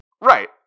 Right